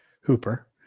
Hooper